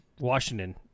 Washington